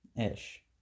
Ish